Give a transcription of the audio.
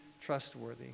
trustworthy